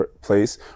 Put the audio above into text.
place